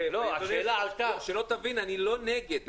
אדוני, שלא תבין, אני לא נגד.